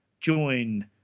join